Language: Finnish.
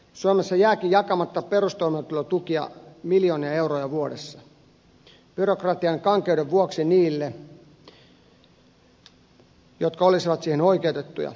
suomessa jääkin byrokratian kankeuden vuoksi jakamatta miljoonia euroja vuodessa perustoimeentulotukia niille jotka olisivat siihen oikeutettuja